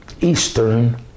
Eastern